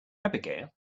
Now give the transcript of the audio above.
abigail